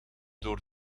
door